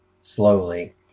slowly